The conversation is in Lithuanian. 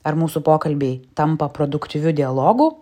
ar mūsų pokalbiai tampa produktyviu dialogu